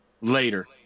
later